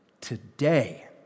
Today